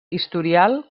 historial